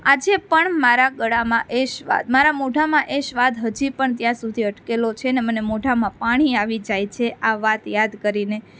આજે પણ મારા ગળામાં એ સ્વાદ મારા મોઢામાં એ સ્વાદ હજી પણ ત્યાં સુધી અટકેલો છે ને મને મોઢામાં પાણી આવી જાય છે આ વાત યાદ કરીને